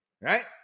right